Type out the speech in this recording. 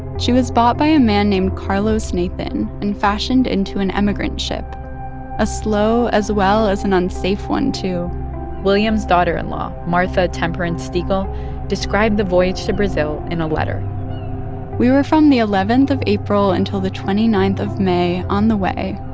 she was bought by a man named carlos nathan and fashioned into an emigrant ship a slow as well as an unsafe one, too william's daughter-in-law martha temperance steagall described the voyage to brazil in a letter we were from the eleventh of april until the twenty ninth of may on the way,